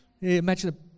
Imagine